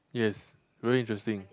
yes very interesting